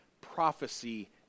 prophecy